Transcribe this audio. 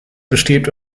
besteht